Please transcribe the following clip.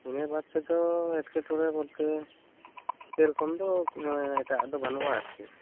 ᱤᱱᱟᱹ ᱵᱟᱫᱽ ᱛᱮᱫᱚ ᱮᱴᱠᱮᱴᱚᱲᱮ ᱵᱚᱞᱛᱮ ᱥᱮᱨᱚᱠᱚᱢ ᱫᱚ ᱮᱴᱟᱜᱼᱟᱜ ᱫᱚ ᱵᱟᱹᱱᱩᱜᱼᱟ ᱟᱨᱠᱤ